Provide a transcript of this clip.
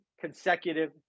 consecutive